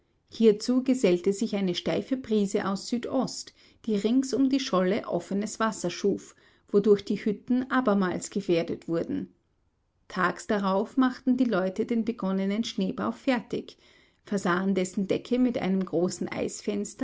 hierzu gesellte sich eine steife brise aus südost die rings um die scholle offenes wasser schuf wodurch die hütten abermals gefährdet wurden tags darauf machten die leute den begonnenen schneebau fertig versahen dessen decke mit einem großen